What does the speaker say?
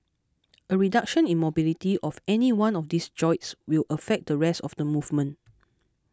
a reduction in mobility of any one of these joints will affect the rest of the movement